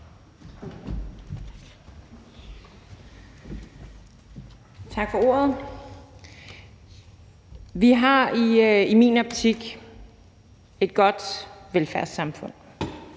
Tak for ordet. Vi har i min optik et godt velfærdssamfund.